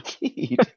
Indeed